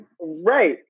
Right